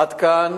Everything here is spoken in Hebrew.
עד כאן